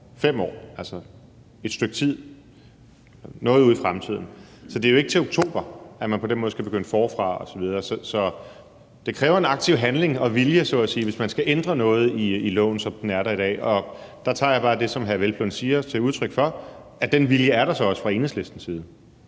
5 år – altså om et stykke tid, noget ude i fremtiden. Så det er jo ikke til oktober, at man på den måde skal begynde forfra osv. Så det kræver en aktiv handling og vilje så at sige, hvis man skal ændre noget i loven, som den er i dag. Og der tager jeg bare det, som hr. Peder Hvelplund siger, som udtryk for, at den vilje så også er der fra Enhedslistens side.